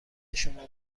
شما